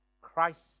Christ